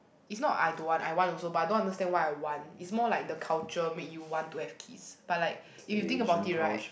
is not I don't want I want also but I don't understand why I want is more like the culture make you want to have kids but like if you think about it right